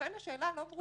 לכן השאלה לא ברורה.